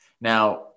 Now